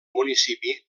municipi